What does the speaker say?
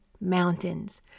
mountains